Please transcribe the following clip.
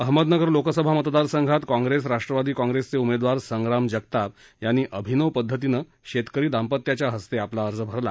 अहमदनगर लोकसभा मतदारसंघात काँग्रेस राष्ट्रवादी काँग्रेसचे उमेदवार संग्राम जगताप यांनी अभिनव पद्धतीनं शेतकरी दांपत्याच्या हस्ते आपला अर्ज भरला